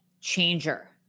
changer